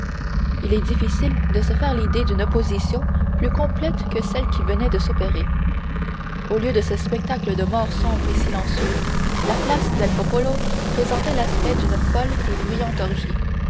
il est difficile de se faire l'idée d'une opposition plus complète que celle qui venait de s'opérer au lieu de ce spectacle de mort sombre et silencieux la place del popolo présentait l'aspect d'une folle et bruyante orgie